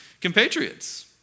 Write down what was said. compatriots